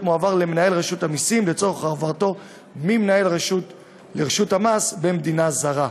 מועבר למנהל רשות המסים לצורך העברתו מהמנהל לרשות המס במדינה הזרה.